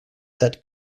that